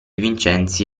vincenzi